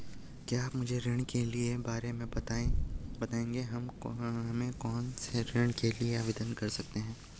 क्या आप मुझे ऋण के बारे में बताएँगे हम कौन कौनसे ऋण के लिए आवेदन कर सकते हैं?